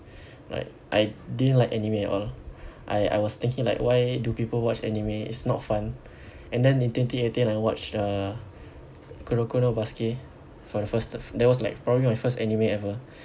like I didn't like anime at all I I was thinking like why do people watch anime it's not fun and then in twenty eighteen I watched the kuroko no basuke for the first that was like probably my first anime ever